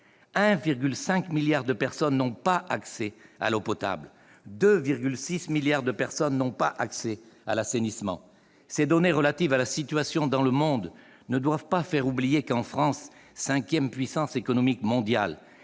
1,5 milliard de personnes n'ont pas accès à l'eau potable et 2,6 milliards à l'assainissement. Ces données relatives à la situation dans le monde ne doivent pas faire oublier qu'en France, la cinquième puissance économique mondiale,